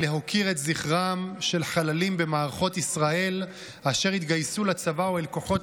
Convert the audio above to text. היא להוקיר את זכרם של חללים במערכות ישראל אשר התגייסו לצבא או לכוחות